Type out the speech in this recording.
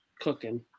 cooking